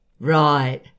Right